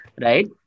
right